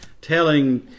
telling